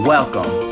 Welcome